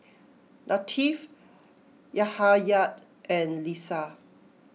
Latif Yahaya and Lisa